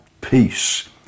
peace